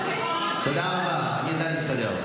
תודה רבה, אני יודע להסתדר.